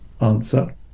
answer